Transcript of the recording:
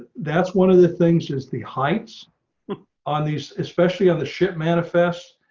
that's one of the things is the heights on these especially on the ship manifest.